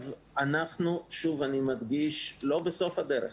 אנחנו לא בסוף הדרך.